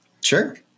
Sure